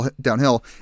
downhill